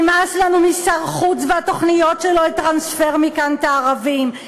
נמאס לנו משר החוץ והתוכניות שלו לטרנספר מכאן את הערבים,